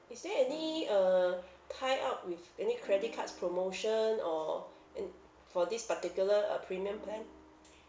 is there any uh tie up with any credit cards promotion or in for this particular uh premium plan